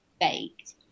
baked